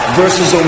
versus